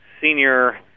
senior